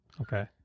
Okay